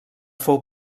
fou